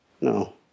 no